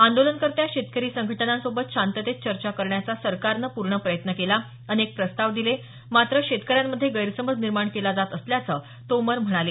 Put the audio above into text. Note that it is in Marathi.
आंदोलनकर्त्या शेतकरी संघटनांसोबत शांततेत चर्चा करण्याचा सरकारनं पूर्ण प्रयत्न केला अनेक प्रस्ताव दिले मात्र शेतकऱ्यांमध्ये गैरसमज निर्माण केला जात असल्याचं तोमर म्हणाले